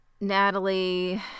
Natalie